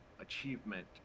achievement